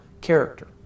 character